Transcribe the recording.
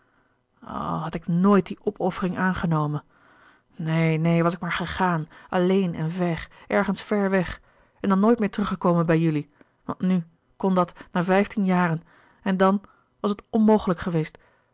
had ik nooit die opoffering aangenomen neen neen was ik maar gegaan alleen en ver ergens ver weg en dan nooit meer terug gekomen bij jullie want nu kon dat na vijftien jaren en dan was het onmogelijk geweest